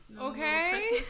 Okay